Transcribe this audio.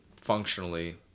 functionally